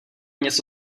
něco